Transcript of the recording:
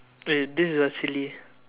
wait this is what silly ah